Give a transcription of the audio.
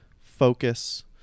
focus